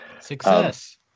Success